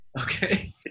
Okay